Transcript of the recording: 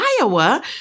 Iowa